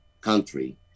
country